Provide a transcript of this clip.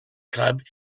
club